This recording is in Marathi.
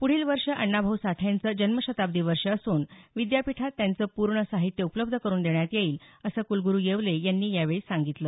पुढलं वर्ष अण्णाभाऊसाठेंच जन्मशताब्दी वर्ष असून विद्यापीठात त्यांच पूर्ण साहित्य उपलब्ध करून देण्यात येईल असं कुलगुरू येवले यांनी यावेळी सांगितलं